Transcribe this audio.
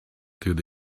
through